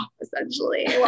essentially